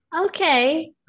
Okay